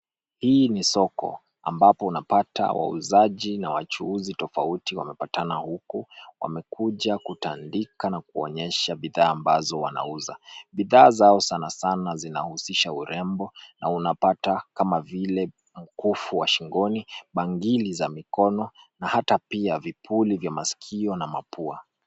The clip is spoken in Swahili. Hii ni soko ambapo unapata wauzaji na wajuuzi tofauti wamepatana huku. Wakuja kutandika na kuonyesha bidhaa ambazo wanauza. Bidhaa zao sana sana zinahusisha urembo na unapata kama vile mkufu wa shingoni, bangili za mkono na hata pia vipuli za masikio na mapua.